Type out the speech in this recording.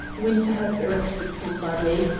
winter has arrested somebody.